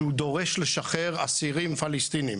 כשהוא דורש לשחרר אסירים פלסטינים